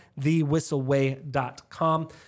thewhistleway.com